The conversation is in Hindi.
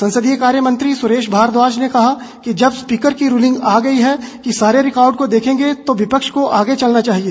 संसदीय कार्य मंत्री सुरेश भारद्वाज ने कहा कि जब स्पीकर की रूलिंग आ गई है कि सारे रिकार्ड को देखेंगे तो विपक्ष को आगे चलना चाहिए